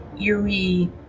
eerie